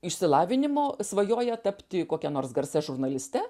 išsilavinimo svajoja tapti kokia nors garsia žurnaliste